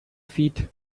feet